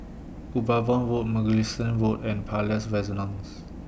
Upavon Road Mugliston Road and Palais Renaissance